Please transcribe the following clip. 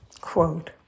quote